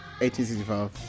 1865